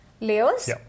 layers